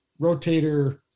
rotator